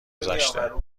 گذشته